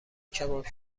کباب